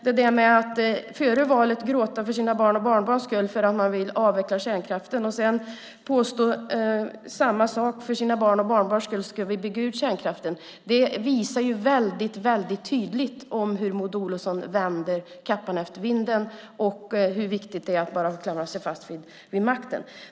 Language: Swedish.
Det där med att före valet gråta för sina barns och barnbarns skull för att man vill avveckla kärnkraften och sedan påstå att man för sina barns och barnbarns skull ska bygga ut kärnkraften visar väldigt tydligt hur Maud Olofsson vänder kappan efter vinden och hur viktigt hon tycker det är att klamra sig fast vid makten.